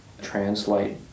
translate